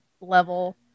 level